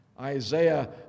Isaiah